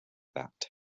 that